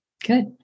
Good